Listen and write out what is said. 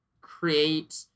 create